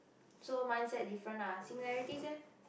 so mindset different lah similarities leh